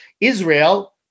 israel